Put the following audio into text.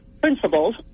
principles